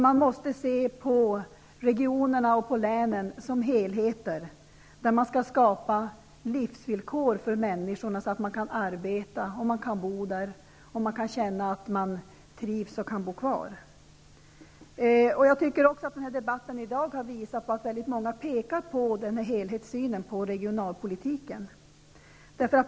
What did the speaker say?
Man måste se på regionerna och länen som helheter, där man skall skapa livsvillkor för människorna, så att de kan arbeta och bo och känna att de trivs och kan bo kvar. Debatten i dag har visat att många pekar på denna helhetssyn på regionalpolitiken.